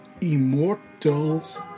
Immortals